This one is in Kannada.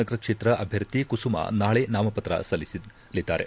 ನಗರ ಕ್ಷೇತ್ರ ಅಭ್ಯರ್ಥಿ ಕುಸುಮ ನಾಳಿ ನಾಮಪತ್ರ ಸಲ್ಲಿಸಲಿದ್ದಾರೆ